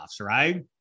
right